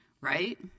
right